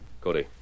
Cody